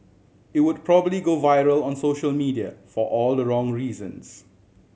it would probably go viral on social media for all the wrong reasons